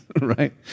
right